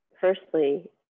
firstly